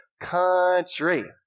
country